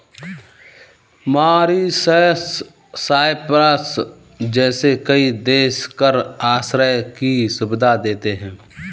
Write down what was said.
Mauritius, Cyprus जैसे कई देश कर आश्रय की सुविधा देते हैं